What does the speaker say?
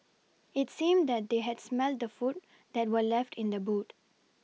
it seemed that they had smelt the food that were left in the boot